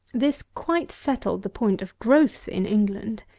this quite settled the point of growth in england.